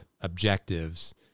objectives